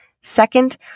Second